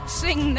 sing